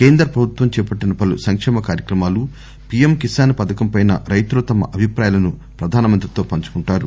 కేంద్ర ప్రభుత్వం చేపట్టిన పలు సంకేమ కార్యక్రమాలు పీఎం కిసాన్ పథకంపై రైతులు తమ అభిప్రాయాలను ప్రధానమంత్రితో పంచుకుంటారు